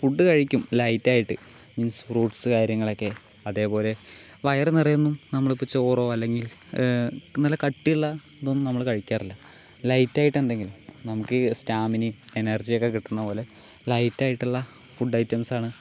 food കഴിക്കും ലൈറ്റായിട്ട് mix fruits കാര്യങ്ങളൊക്കെ അതേപോലെ വയറ് നിറയെ ഒന്നും നമ്മളിപ്പോൾ ചോറോ അല്ലെങ്കിൽ നല്ല കട്ടിയുള്ള ഇതൊന്നും നമ്മൾ കഴിക്കാറില്ല ലൈറ്റായിട്ട് എന്തെങ്കിലും നമുക്കീ സ്റ്റാമിനയും എനർജിയൊക്കെ കിട്ടണ പോലെ ലൈറ്റായിട്ടള്ള ഫുഡ് ഐറ്റംസാണ്